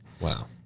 Wow